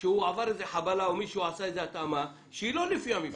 שהוא עבר איזו חבלה או מישהו עשה איזו התאמה שהיא לא לפי המפרט.